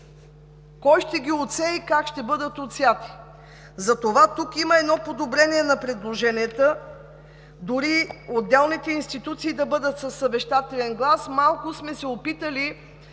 Кой ще ги отсее и как ще бъдат отсети? Затова тук има едно подобрение на предложенията – дори отделните институции да бъдат със съвещателен глас. В Регионалната